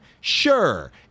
sure